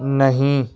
نہیں